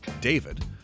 David